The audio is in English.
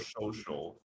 social